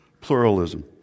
Pluralism